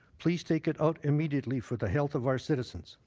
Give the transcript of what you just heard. please take it out immediately for the health of our citizens.